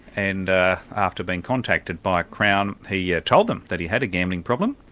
and after being contacted by crown, he told them that he had a gambling problem,